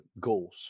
goals